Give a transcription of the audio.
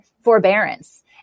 forbearance